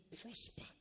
prosper